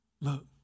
Look